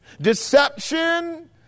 deception